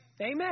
Amen